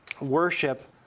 worship